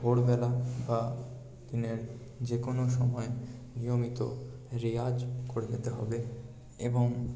ভোরবেলা বা দিনের যেকোনও সময় নিয়মিত রেওয়াজ করে যেতে হবে এবং